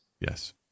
Yes